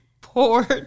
poor